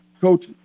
Coach